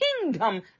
kingdom